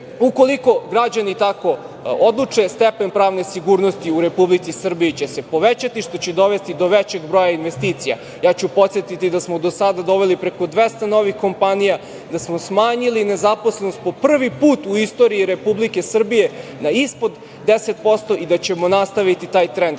uticaj. Ukoliko građani tako odluče, stepen pravne sigurnosti u Republici Srbiji će se povećati što će dovesti do većeg broja investicija. Podsetiću da smo do sada doveli preko 200 novih kompanija, da smo smanjili nezaposlenost, po prvi put u istoriji Republike Srbije, na ispod 10% i da ćemo nastaviti taj trend.